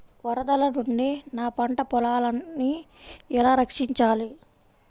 వరదల నుండి నా పంట పొలాలని ఎలా రక్షించాలి?